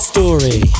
Story